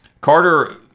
Carter